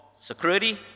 security